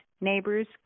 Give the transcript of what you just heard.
neighbors